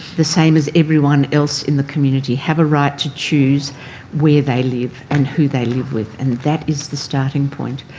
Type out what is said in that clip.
the same as everyone else in the community, have a right to choose where they live and who they live with, and that is the starting point.